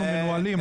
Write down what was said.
אנחנו מנוהלים,